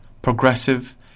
progressive